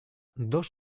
dos